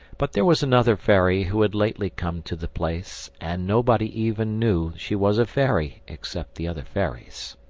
but there was another fairy who had lately come to the place, and nobody even knew she was a fairy except the other fairies.